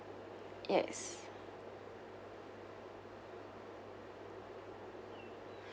yes